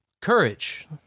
courage